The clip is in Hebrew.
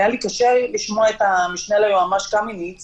היה לי קשה לשמוע את המשנה ליועץ המשפטי לממשלה ארז קמיניץ